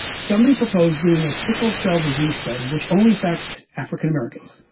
somebody proposed doing a sickle cell disease study which only affects african americans.